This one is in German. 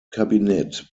kabinett